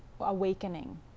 awakening